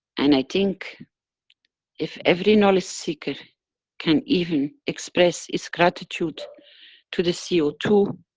and i think if every knowledge seeker can even express his gratitude to the c o two,